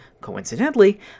coincidentally